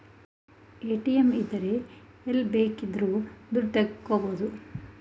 ATM ಇದ್ರೆ ಎಲ್ಲ್ ಬೇಕಿದ್ರು ದುಡ್ಡ ತಕ್ಕಬೋದು